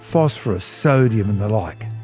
phosphorus, sodium and the like.